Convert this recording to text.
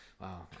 wow